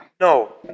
No